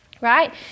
Right